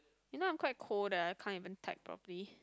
you know I'm quite cold that I can't even type properly